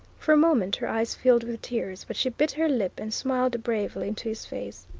for a moment her eyes filled with tears, but she bit her lip and smiled bravely into his face.